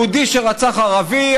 יהודי שרצח ערבי,